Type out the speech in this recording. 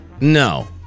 No